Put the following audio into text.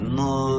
no